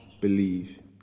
believe